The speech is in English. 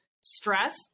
stress